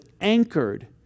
anchored